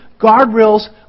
guardrails